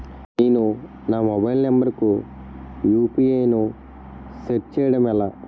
నేను నా mobile number కుయు.పి.ఐ ను సెట్ చేయడం ఎలా?